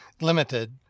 limited